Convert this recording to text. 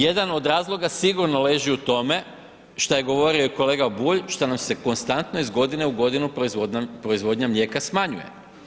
Jedan od razloga sigurno leži u tome šta je govorio i kolega Bulj, što nam se konstantno iz godine u godinu proizvodnja mlijeka smanjuje.